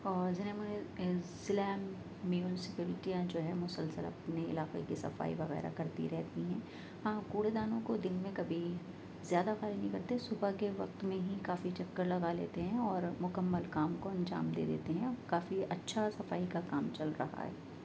اور ضلع میونسپیلٹیاں جو ہے مسلسل اپنے علاقے کی صفائی وغیرہ کرتی رہتی ہیں ہاں کوڑے دانوں کو دن میں کبھی زیادہ خالی نہیں کرتے صبح کے وقت میں ہی کافی چکر لگا لیتے ہیں اور مکمل کام کو انجام دے دیتے ہیں کافی اچھا صفائی کا کام چل رہا ہے